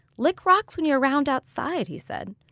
lick rocks when you're around outside, he said.